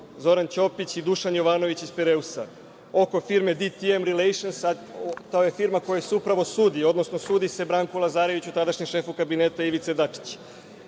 Zoran Ćopić i Dušan Jovanović iz Pireusa oko firme „DTM Relations“, to je firma kojoj se upravo sudi, odnosno sudi se Branku Lazareviću, tadašnjem šefu kabineta Ivice Dačića,